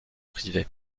privées